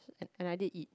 and I did eat